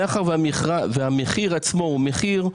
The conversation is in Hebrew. אתה מכניס את המדינה לבעיה.